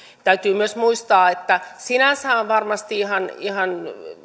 täytyy myös muistaa että sinänsähän varmasti